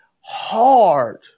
hard –